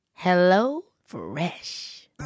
HelloFresh